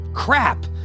Crap